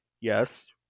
Yes